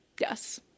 Yes